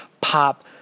pop